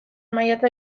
maiatza